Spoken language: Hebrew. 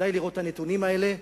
די לראות את הנתונים האלה,